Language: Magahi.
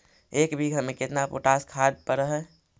एक बिघा में केतना पोटास खाद पड़ है?